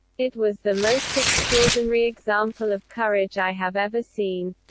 it was the most extraordinary example of courage i have ever seen.